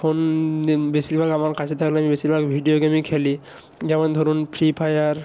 phone বেশিরভাগ আমার কাছে থাকলে আমি বেশিরভাগ ভিডিও গেমই খেলি যেমন ধরুন ফ্রি ফায়ার